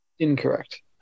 Incorrect